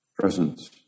presence